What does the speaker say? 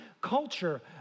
culture